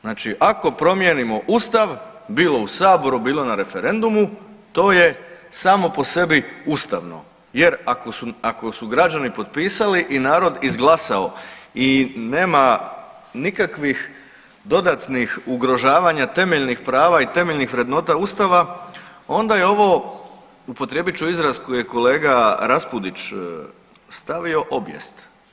Znači ako promijenimo Ustav bilo u Saboru, bilo na referendumu to je samo po sebi ustavno, jer ako su građani potpisali i narod izglasao i nema nikakvih dodatnih ugrožavanja temeljnih prava i temeljnih vrednota Ustava, onda je ovo upotrijebit ću izraz koji je kolega Raspudić stavio obijest.